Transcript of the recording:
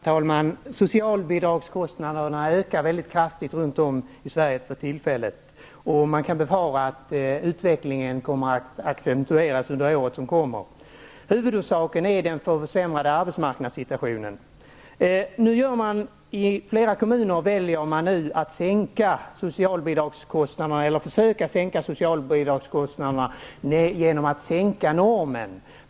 Herr talman! Socialbidragskostnaderna ökar för tillfället mycket kraftigt runt om i Sverige. Man kan befara att utvecklingen kommer att accentueras under året som kommer. Huvudorsaken är den försämrade arbetsmarknadssituationen. I flera kommuner väljer man nu att försöka att sänka socialbidragskostnaderna genom att sänka normen.